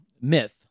myth